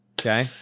Okay